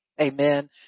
amen